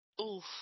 Oof